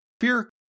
Fear